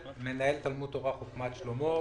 אני מנהל תלמוד תורה חוכמת שלמה.